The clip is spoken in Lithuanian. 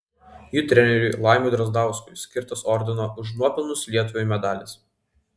jų treneriui laimiui drazdauskui skirtas ordino už nuopelnus lietuvai medalis